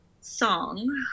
Song